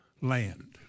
land